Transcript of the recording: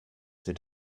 did